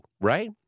right